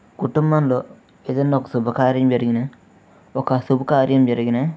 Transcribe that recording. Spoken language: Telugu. కుటుంబంలో ఏదైనా ఒక శుభకార్యం జరిగినా ఒక అశుభకార్యం జరిగినా